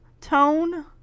tone